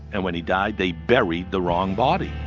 and when he died, they buried the wrong body